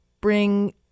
bring